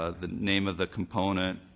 ah the name of the component,